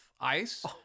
ice